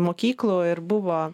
mokyklų ir buvo